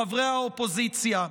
חברי האופוזיציה.